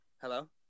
Hello